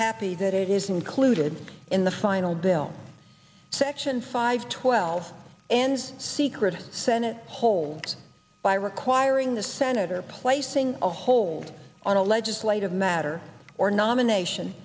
happy that it is included in the final bill section five twelve and secret senate holds by requiring the senate or placing a hold on a legislative matter or nomination